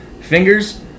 fingers